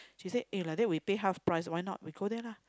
she said eh like that we pay half price why not we go there lah